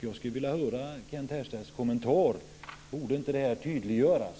Jag skulle vilja höra Kent Härstedts kommentar. Borde inte det här tydliggöras?